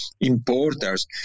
importers